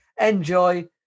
Enjoy